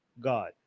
God